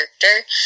character